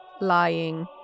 lying